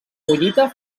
collita